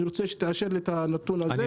אני רוצה שתאשר את הנתון הזה.